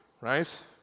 right